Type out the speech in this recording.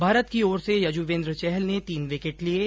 भारत की ओर से यजुवेंद्र चहल ने तीन विकेट लिये